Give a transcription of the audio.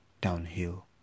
downhill